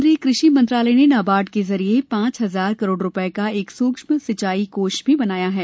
केंद्रीय कृषि मंत्रालय ने नाबार्ड के जरिए पांच हजार करोड़ रूपये का एक सूक्ष्म सिंचाई कोष भी बनाया है